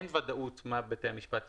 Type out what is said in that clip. אין ודאות מה בתי המשפט יפסקו.